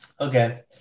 okay